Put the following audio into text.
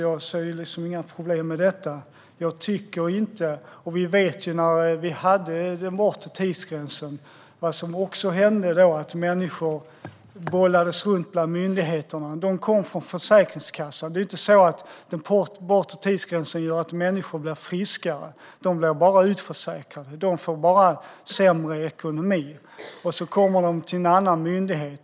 Jag ser alltså inga problem med detta. När vi hade den bortre tidsgränsen bollades människor runt bland myndigheterna. De kom från Försäkringskassan. Den bortre tidsgränsen gör ju inte att människor blir friskare; de blir bara utförsäkrade och får sämre ekonomi. Så kom de till en annan myndighet.